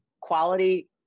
quality